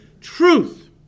Truth